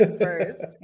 first